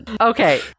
Okay